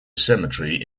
cemetery